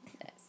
Yes